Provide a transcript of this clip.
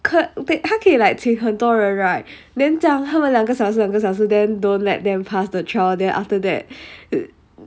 可 but 他可以 like 请很多人 right then 这样他们两个小时两个小时 then don't let them pass the trial then after that